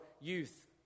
youth